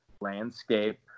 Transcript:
landscape